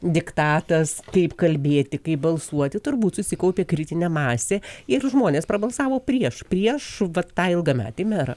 diktatas kaip kalbėti kaip balsuoti turbūt susikaupė kritinė masė ir žmonės prabalsavo prieš prieš vat tą ilgametį merą